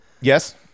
Yes